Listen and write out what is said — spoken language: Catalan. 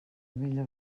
millor